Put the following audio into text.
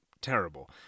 terrible